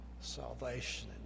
salvation